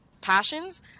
passions